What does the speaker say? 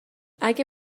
اگه